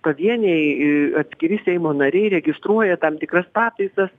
pavieniai atskiri seimo nariai registruoja tam tikras pataisas